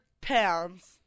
pounds